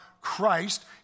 Christ